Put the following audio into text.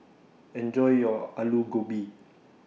Enjoy your Alu Gobi